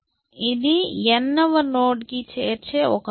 ఇది n వ నోడ్కి చేర్చే ఒక నోడ్